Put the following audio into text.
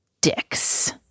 dicks